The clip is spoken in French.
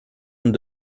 deux